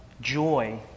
joy